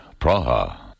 Praha